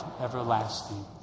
everlasting